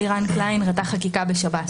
שמי לירן קליין, רת"ח חקיקה בשב"ס.